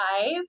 five